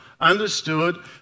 understood